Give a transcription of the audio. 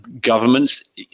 governments